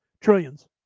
Trillions